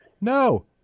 No